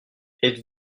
êtes